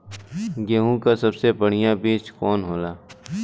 गेहूँक सबसे बढ़िया बिज कवन होला?